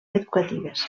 educatives